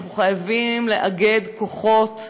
ואנחנו חייבים לאגד כוחות,